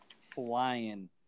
flying